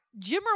Jimmer